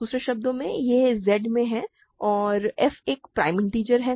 दूसरे शब्दों में यह Z में है और f एक प्राइम इन्टिजर है